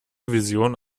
vision